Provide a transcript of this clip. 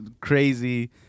crazy